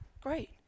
Great